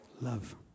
love